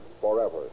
forever